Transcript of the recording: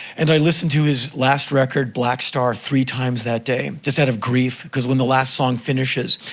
and i listened to his last record, blackstar, three times that day, just out of grief, cause when the last song finishes,